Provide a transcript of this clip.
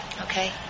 Okay